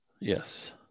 Yes